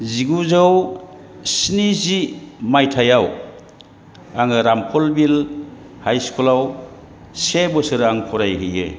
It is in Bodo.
जिगुजौ स्निजि मायथाइआव आङो रामफलबिल हाइ स्कुलाव से बोसोर आं फरायहैयो